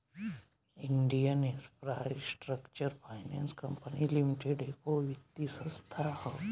Indian infrastructure finance company limited एगो वित्तीय संस्था ह